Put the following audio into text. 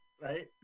right